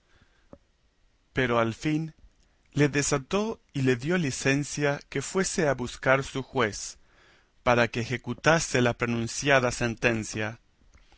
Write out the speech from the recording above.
pero al fin le desató y le dio licencia que fuese a buscar su juez para que ejecutase la pronunciada sentencia